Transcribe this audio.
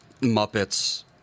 Muppets